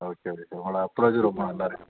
okay okay உங்களோட அப்ரோச்சி ரொம்ப நல்லாருக்குது